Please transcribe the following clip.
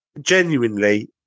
genuinely